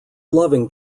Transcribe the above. loving